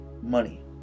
money